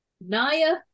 Naya